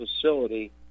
facility